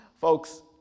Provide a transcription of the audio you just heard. Folks